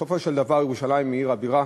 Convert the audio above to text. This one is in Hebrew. בסופו של דבר, ירושלים היא עיר הבירה